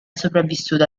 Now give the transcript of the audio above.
sopravvissuto